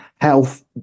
health